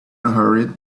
unhurried